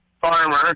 farmer